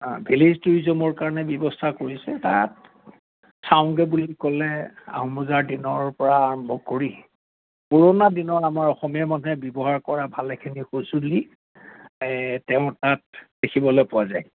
village টুৰিজমৰ কাৰণে ব্যৱস্থা কৰিছে তাত চাওঁগে বুলি ক'লে আহোম ৰজাৰ দিনৰ পৰা আৰম্ভ কৰি পুৰণা দিনৰত আমাৰ অসমীয়া মানুহে ব্যৱহাৰ কৰা ভালেখিনি সঁজুলি তেওঁৰ তাত দেখিবলৈ পোৱা যায়